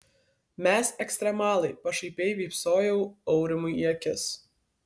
mes ekstremalai pašaipiai vypsojau aurimui į akis